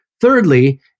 thirdly